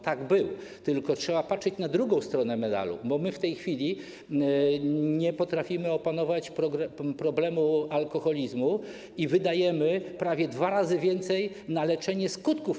Tak było, tylko trzeba patrzeć na drugą stronę medalu, bo my w tej chwili nie potrafimy opanować problemu alkoholizmu i wydajemy prawie dwa razy więcej na leczenie jego skutków.